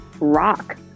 rock